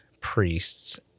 priests